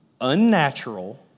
unnatural